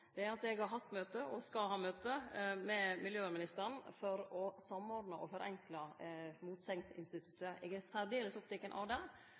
at eg har hatt møte og skal ha møte med miljøvernministeren for å samordne og forenkle motsegnsinstituttet. Eg er særdeles oppteken av det.